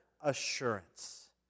assurance